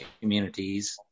communities